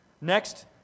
Next